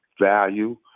value